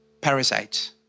parasites